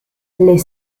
les